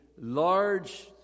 large